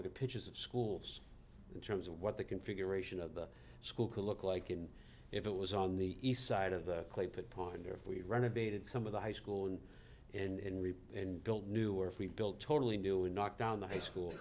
look at pictures of schools in terms of what the configuration of the school could look like and if it was on the east side of the clay put ponder if we renovated some of the high school and reap and build new or if we build totally new and knock down the high school